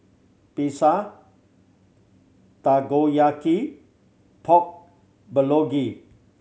Pizza Takoyaki Pork Bulgogi